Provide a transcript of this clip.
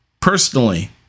personally